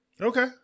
Okay